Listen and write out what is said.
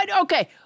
Okay